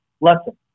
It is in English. lesson